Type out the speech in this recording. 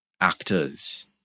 actors